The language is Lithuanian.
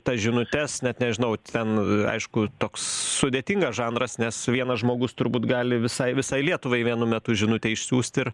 tas žinutes net nežinau ten aišku toks sudėtingas žanras nes vienas žmogus turbūt gali visai visai lietuvai vienu metu žinutę išsiųsti ir